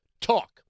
talk